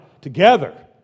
together